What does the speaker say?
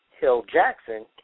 Hill-Jackson